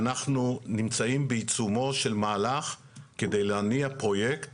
אנחנו נמצאים בעיצומו של מהלך כדי להניע פרויקט